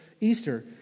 Easter